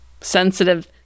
sensitive